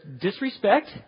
disrespect